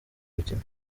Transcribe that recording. gukina